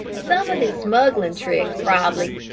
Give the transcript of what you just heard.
some of his smugglin' tricks, prob'ly.